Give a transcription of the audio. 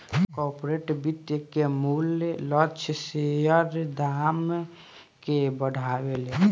corporate वित्त के मूल्य लक्ष्य शेयर के दाम के बढ़ावेले